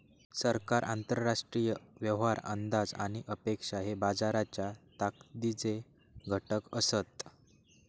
सरकार, आंतरराष्ट्रीय व्यवहार, अंदाज आणि अपेक्षा हे बाजाराच्या ताकदीचे घटक असत